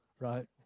Right